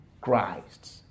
Christ